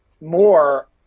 more